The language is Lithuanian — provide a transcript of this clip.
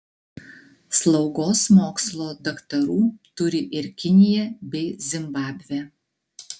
slaugos mokslo daktarų turi ir kinija bei zimbabvė